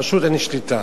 פשוט אין שליטה.